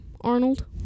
arnold